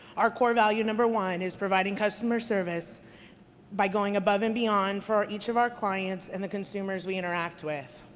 our core value number one is providing customer service by going above and beyond for each of our clients and the consumers we interact with.